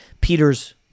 Peters